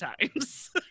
times